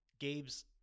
Gabe's